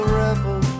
rebel